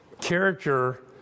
character